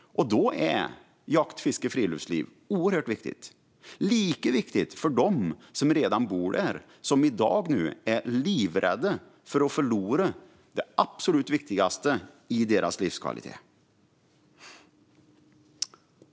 och då är jakt, fiske och friluftsliv oerhört viktigt. Lika viktigt är det för dem som redan bor där, som i dag är livrädda att förlora det absolut viktigaste för sin livskvalitet.